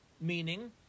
Meaning